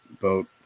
boat